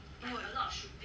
不